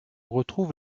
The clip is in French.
retrouve